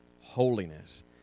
holiness